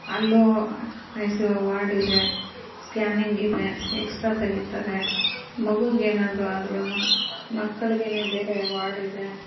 ಅಲ್ಲೂ I C U ವಾರ್ಡಿದೆ scanning ಇದೆ ಎಕ್ಸ್ಟ್ರಾ ತೆಗಿತಾರೆ ಮಗುಗೆ ಏನಾದರು ಆದ್ರು ಮಕ್ಕಳಿಗೆ ಬೇರೆ ವಾರ್ಡ್ ಇದೆ